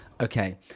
Okay